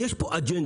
יש פה אג'נדה.